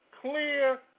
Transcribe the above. clear